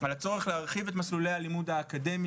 על הצורך להרחיב את מסלולי הלימוד האקדמי